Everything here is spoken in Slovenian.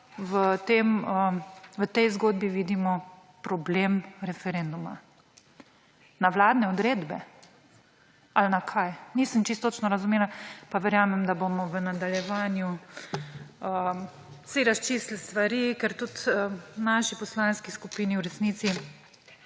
v tej zgodbi vidimo problem referenduma. Na vladne odredbe ali na kaj? Nisem čisto točno razumela, pa verjamem, da bomo v nadaljevanju razčistili stvari, ker tudi v naši poslanski skupini v resnici,